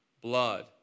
blood